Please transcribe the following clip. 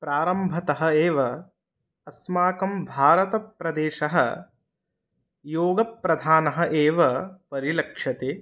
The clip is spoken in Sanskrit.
प्रारम्भतः एव अस्माकं भारतप्रदेशः योगप्रधानः एव परिलक्ष्यते